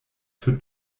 für